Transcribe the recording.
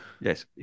Yes